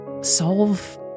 solve